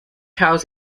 house